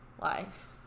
life